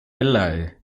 below